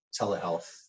telehealth